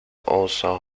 also